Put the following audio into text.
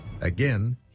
Again